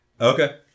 Okay